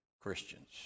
Christians